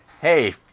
hey